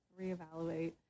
reevaluate